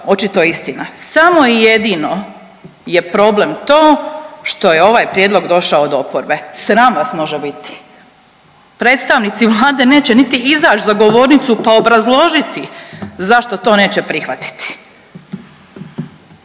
očito istina. Samo i jedino je problem to što je ovaj prijedlog došao od oporbe. Sram vas može biti. Predstavnici Vlade neće niti izaći za govornicu pa obrazložiti zašto to neće prihvatiti.